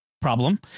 problem